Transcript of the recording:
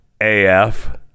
AF